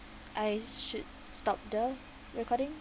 I should stop the recording